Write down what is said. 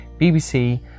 BBC